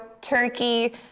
turkey